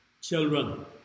Children